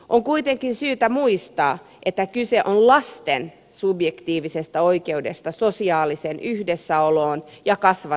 on kuitenkin syytä muistaa että kyse on lasten subjektiivisesta oikeudesta sosiaaliseen yhdessäoloon ja kasvatukseen